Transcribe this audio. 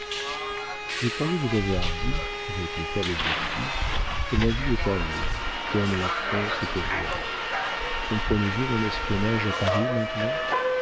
je croyais vous avoir dit répliqua le bossu que ma vie est à elle comme la france est au roi comprenez-vous mon espionnage à paris maintenant